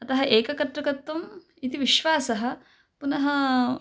अतः एककतृकत्वम् इति विश्वासः पुनः